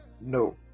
no